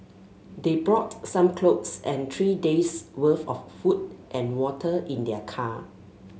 they brought some clothes and three days' worth of food and water in their car